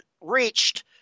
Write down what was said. reached